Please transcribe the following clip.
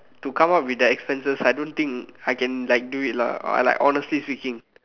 to come up with the expenses I don't think I can like do it lah I like honestly speaking